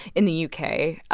in the u k.